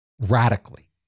radically